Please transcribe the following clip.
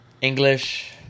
English